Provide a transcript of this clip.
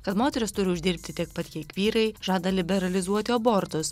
kad moteris turi uždirbti tiek pat kiek vyrai žada liberalizuoti abortus